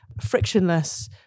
frictionless